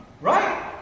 Right